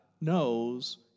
knows